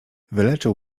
wyleczył